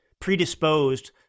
predisposed